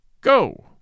Go